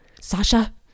Sasha